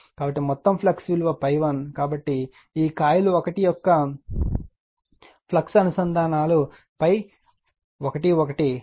కాబట్టి మొత్తం ఫ్లక్స్ విలువ ∅1 కాబట్టి ఈ కాయిల్ 1 యొక్క ఫ్లక్స్ అనుసంధానాలు ∅11